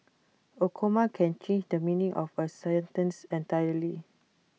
A comma can change the meaning of A sentence entirely